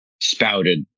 spouted